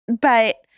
But-